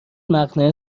مقنعه